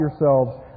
yourselves